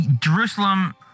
Jerusalem